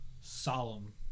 Solemn